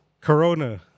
Corona